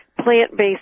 Plant-based